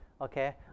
Okay